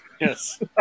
yes